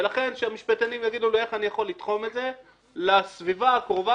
ולכן כשהמשפטנים יגידו איך אני יכול לתחום את זה לסביבה הקרובה,